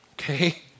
okay